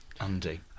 Andy